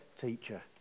teacher